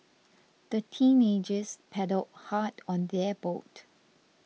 the teenagers paddled hard on their boat